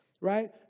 Right